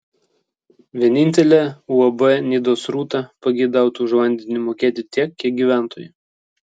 vienintelė uab nidos rūta pageidautų už vandenį mokėti tiek kiek gyventojai